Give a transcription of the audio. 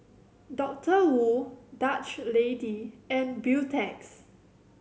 Doctor Wu Dutch Lady and Beautex